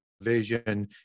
vision